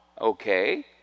Okay